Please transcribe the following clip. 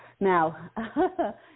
Now